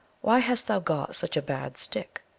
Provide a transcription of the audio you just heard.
why hast thou got such a bad stick?